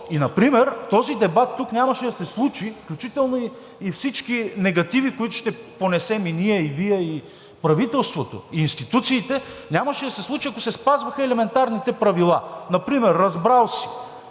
И например този дебат тук нямаше да се случи, включително и всички негативи, които ще понесем и ние, и Вие, и правителството, и институциите, нямаше да се случи, ако се спазваха елементарните правила. Например разбрал си,